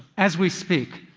as we speak,